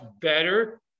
better